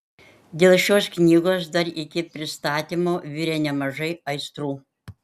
dėl šios knygos dar iki pristatymo virė nemažai aistrų